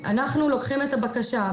אנחנו לוקחים את הבקשה,